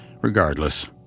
regardless